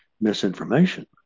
misinformation